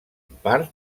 part